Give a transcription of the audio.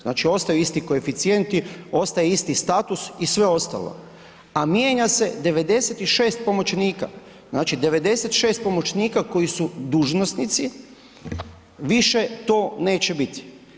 Znači ostaju isti koeficijenti, ostaje isti status i sve ostalo a mijenja se 96 pomoćnika, znači 96 pomoćnika koji su dužnosnici, više to neće biti.